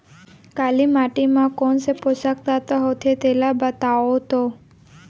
काली माटी म कोन से पोसक तत्व होथे तेला बताओ तो?